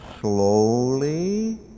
slowly